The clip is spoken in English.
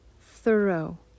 thorough